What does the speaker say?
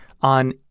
on